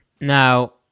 Now